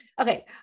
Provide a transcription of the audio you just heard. Okay